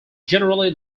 generally